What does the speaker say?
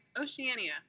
Oceania